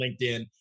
LinkedIn